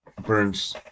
Burns